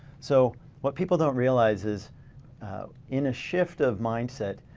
so what people don't realize is in a shift of mindset,